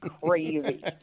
crazy